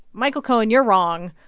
michael cohen, you're wrong.